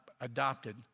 adopted